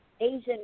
Asian